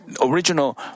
original